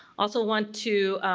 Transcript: also want to